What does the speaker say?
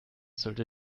sollte